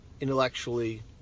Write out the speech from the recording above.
intellectually